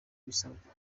ibisabwa